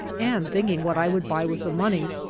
and thinking what i would buy with the money.